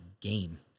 game